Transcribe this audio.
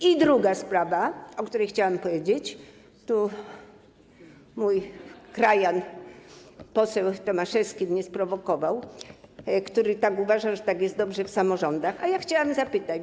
I druga sprawa, o której chciałam powiedzieć - mój krajan poseł Tomaszewski mnie sprowokował, który uważa, że tak jest dobrze w samorządach - o którą chciałam zapytać.